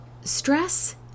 stress